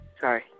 Sorry